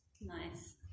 Nice